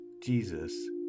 Jesus